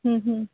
ਹੂੰ ਹੂੰ